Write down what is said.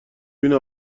بینه